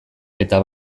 eta